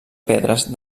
pedres